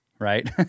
right